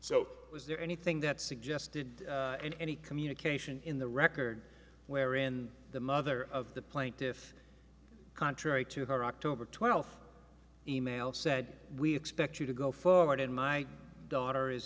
so was there anything that suggested in any communication in the record wherein the mother of the plaintiff contrary to her october twelfth e mail said we expect you to go forward and my daughter is